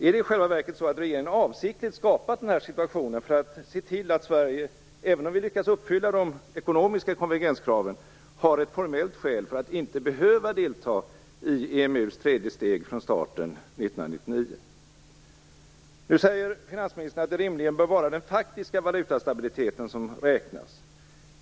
Är det i själva verket så att regeringen avsiktligt skapat en situation för att se till att Sverige, även om vi lyckas uppfylla de ekonomiska konvergenskraven, har ett formellt skäl för att inte behöva delta i EMU:s tredje steg från starten 1999? Nu säger finansministern att det rimligen bör vara den faktiskt valutastabiliteten som räknas.